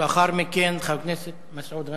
לאחר מכן, חבר הכנסת מסעוד גנאים.